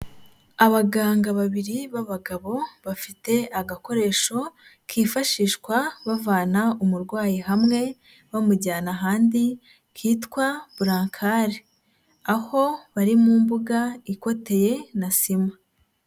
Abaganga babiri b'abagabo bafite agakoresho kifashishwa bavana umurwayi hamwe bamujyana ahandi, kitwa bulankare aho bari mu mbuga ikoteye na sima.